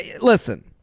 listen